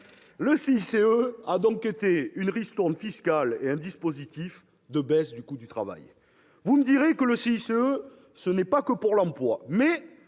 Le CICE a donc été une ristourne fiscale et un dispositif de baisse du coût du travail. Vous me direz que le CICE ne vise pas que l'emploi.